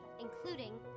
including